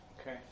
Okay